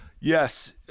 Yes